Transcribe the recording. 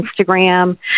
Instagram